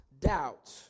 doubt